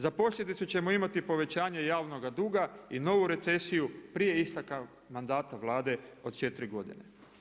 Za posljedicu ćemo imati povećanje javnoga duga i novu recesiju prije isteka mandata Vlade od četiri godine.